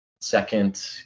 Second